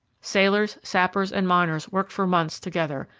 sailors, sappers, and miners worked for months together,